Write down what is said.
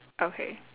okay